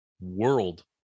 world